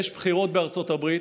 יש בחירות בארצות הברית,